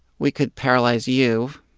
we could paralyze you